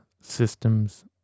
systems